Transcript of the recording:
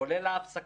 כולל ההפסקות.